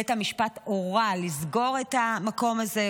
בית המשפט הורה לסגור את המקום הזה.